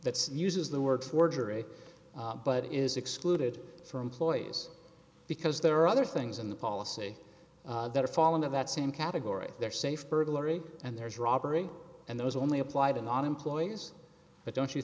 that uses the word forgery but it is excluded for employees because there are other things in the policy that are fall into that same category they're safe burglary and there's robbery and those only apply to not employees but don't you